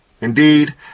indeed